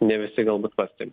ne visi galbūt pastebi